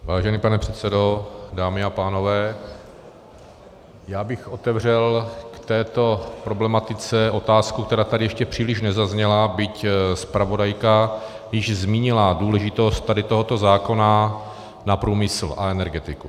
Vážený pane předsedo, dámy a pánové, já bych otevřel k této problematice otázku, která tady ještě příliš nezazněla, byť zpravodajka již zmínila důležitost tohoto zákona pro průmysl a energetiku.